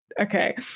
okay